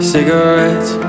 Cigarettes